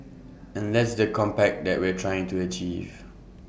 and that's the compact that we're trying to achieve